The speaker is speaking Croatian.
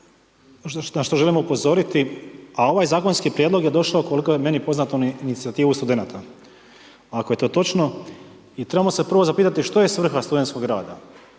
na što želimo upozoriti a ovaj zakonski prijedlog je došao koliko je meni poznato na inicijativu studenata, ako je to točno. I trebamo se prvo zapitati što je svrha studentskog rada.